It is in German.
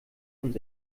uns